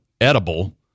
edible